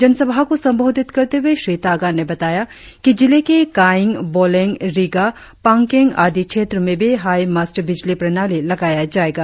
जन सभा को संबोधित करते हुए श्री तागा ने बताया कि जिले के कायिंग बोलेंग रिगा पांग्केंग आदि क्षेत्रों में भी हाई मस्त बिजली प्रणाली लगाया जाएगा